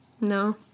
No